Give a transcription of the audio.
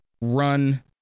run